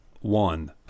one